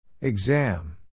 Exam